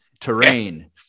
terrain